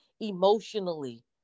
emotionally